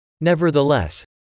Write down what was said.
Nevertheless